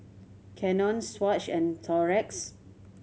Canon Swatch and Xorex